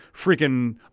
freaking